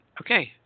Okay